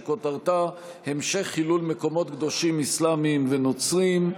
שכותרתה: המשך חילול מקומות קדושים אסלאמיים ונוצריים.